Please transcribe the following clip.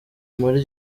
muri